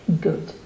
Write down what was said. Good